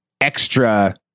extra